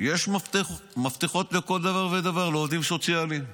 יש מפתחות לכל דבר ודבר, לעובדים סוציאליים.